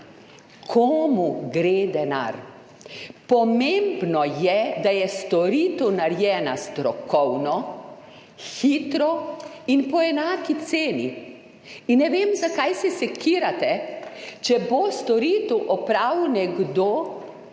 komu gre denar, pomembno je, da je storitev narejena strokovno, hitro in po enaki ceni. Ne vem, zakaj se sekirate, če bo storitev opravil nekdo,